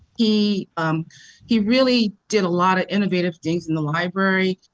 he he really did a lot of innovative things in the library.